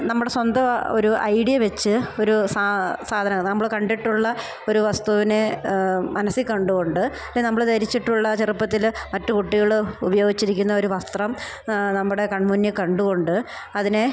നമ്മുടെ സ്വന്തം ഒരു ഐഡിയ വെച്ച് ഒരു സാധനം നമ്മൾ കണ്ടിട്ടുള്ള ഒരു വസ്തുവിനെ മനസ്സിൽ കണ്ടുകൊണ്ട് നമ്മൾ ധരിച്ചിട്ടുള്ള ചെറുപ്പത്തിൽ മറ്റു കുട്ടികൾ ഉപയോഗിച്ചിരിക്കുന്ന ഒരു വസ്ത്രം നമ്മുടെ കൺമുന്നിൽ കണ്ടുകൊണ്ട് അതിനെ